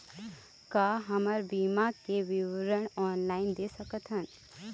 का हमर बीमा के विवरण ऑनलाइन देख सकथन?